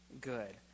good